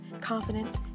confidence